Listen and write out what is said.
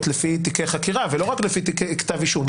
לפי תיקי חקירה ולא רק לפי כתב אישום.